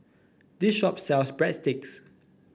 this shop sells Breadsticks